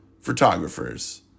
photographers